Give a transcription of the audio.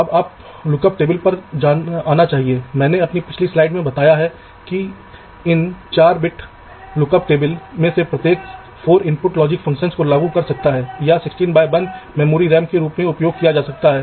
तो यह रणनीति है कि आप वीडीडी देखते हैं जो आप बाएं से शुरू करते हैं ग्राउंड हम दाएं से शुरू करते हैं आइए हम पहले VDD से शुरुआत करते हैं